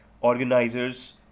organizers